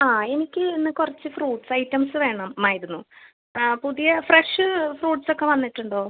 ആ എനിക്ക് ഇന്ന് കുറച്ച് ഫ്രൂട്ട്സ് ഐറ്റംസ് വേണമായിരുന്നു പുതിയ ഫ്രഷ് ഫ്രൂട്ട്സ് ഒക്കെ വന്നിട്ടുണ്ടോ